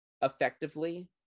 effectively